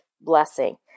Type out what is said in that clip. blessing